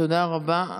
תודה רבה.